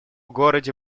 городе